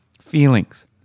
feelings